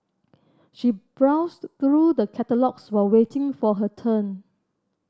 she browsed through the catalogues while waiting for her turn